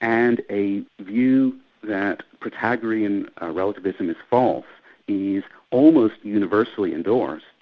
and a view that protagorean relativism is false is almost universally endorsed,